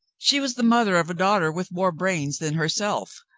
she was the mother of a daughter with more brains than her self.